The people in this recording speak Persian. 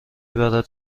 برد